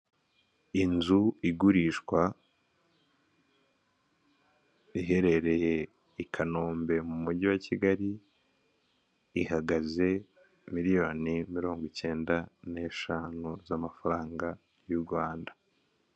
Inzu igurishwa iherereye i Kanombe mu mujyi wa Kigali, ihagaze miliyoni mirongo icyenda n'eshanu z'amafaranga y'u Rwanda.